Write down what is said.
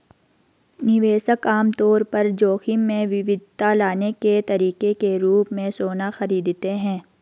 निवेशक आम तौर पर जोखिम में विविधता लाने के तरीके के रूप में सोना खरीदते हैं